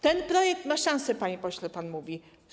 Ten projekt ma szansę, panie pośle, pan mówi.